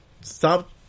stop